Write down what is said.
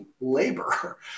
labor